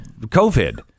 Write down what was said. COVID